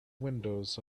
windows